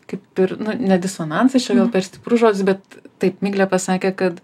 kaip ir nu ne disonansas čia gal per stiprus žodis bet taip miglė pasakė kad